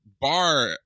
bar